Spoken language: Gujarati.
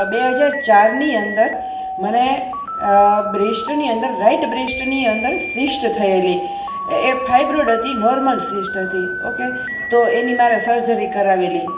બે હજાર ચારની અંદર મને બ્રેસ્ટની અંદર રાઇટ બ્રેસ્ટની અંદર શિષ્ટ થએલી એ ફાઇબ્રોડ હતી નોર્મલ શિષ્ટ હતી ઓકે તો એની મારે સર્જરી કરાવેલી